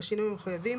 בשינויים המחויבים,